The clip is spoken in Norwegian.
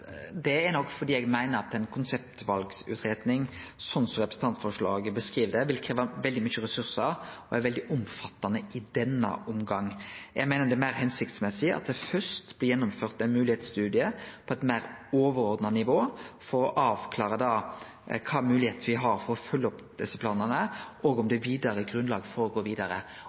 Det er nok fordi eg meiner at ei konseptvalutgreiing sånn som representantforslaget beskriv det, vil krevje veldig mykje ressursar og vere veldig omfattande i denne omgangen. Eg meiner det er meir hensiktsmessig at det først blir gjennomført ein moglegheitsstudie, på eit meir overordna nivå, for å avklare kva moglegheit me har for å følgje opp desse planane, og om det er grunnlag for å gå vidare.